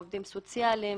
עובדים סוציאליים